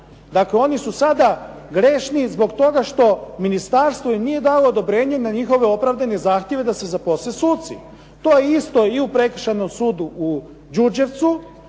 Dakle oni su sada grešni zbog toga što ministarstvo im nije dalo odobrenje na njihove opravdane zahtjeve da se zaposle suci. To je isto i u prekršajnom sudu u Đurđevcu,